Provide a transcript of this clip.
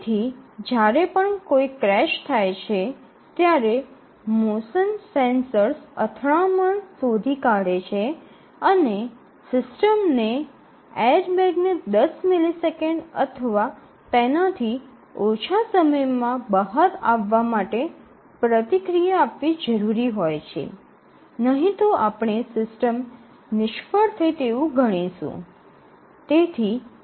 તેથી જ્યારે પણ કોઈ ક્રેશ થાય છે ત્યારે મોશન સેન્સર્સ અથડામણ શોધી કાઢે છે અને સિસ્ટમને એરબેગને દસ મિલિસેકંડ અથવા તેનાથી ઓછા સમય માં બહાર આવવા માટે પ્રતિક્રિયા આપવી જરૂરી હોય છે નહીં તો આપણે સિસ્ટમ નિષ્ફળ થઈ તેવું ગણીશું